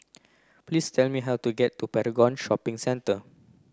please tell me how to get to Paragon Shopping Centre